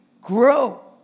grow